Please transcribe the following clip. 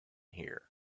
here